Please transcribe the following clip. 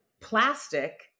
plastic